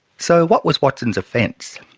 so what was watson's offence?